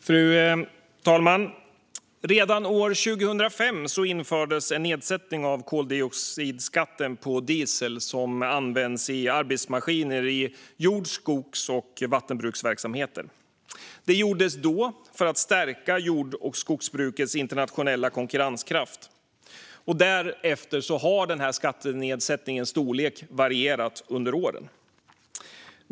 Fru talman! Redan år 2005 infördes en nedsättning av koldioxidskatten på diesel som används i arbetsmaskiner i jord, skogs och vattenbruksverksamheter. Det gjordes då för att stärka jord och skogsbrukets internationella konkurrenskraft. Därefter har skattenedsättningens storlek varierat under åren.